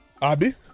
Abby